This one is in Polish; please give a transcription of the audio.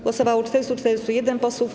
Głosowało 441 posłów.